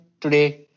today